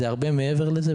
זה הרבה מעבר לזה.